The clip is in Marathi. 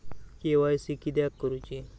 के.वाय.सी किदयाक करूची?